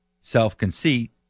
self-conceit